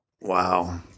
Wow